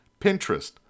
Pinterest